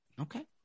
okay